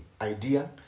idea